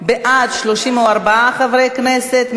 34 חברי כנסת,